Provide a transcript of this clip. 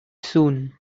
soon